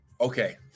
okay